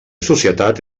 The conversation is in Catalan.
societat